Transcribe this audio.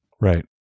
Right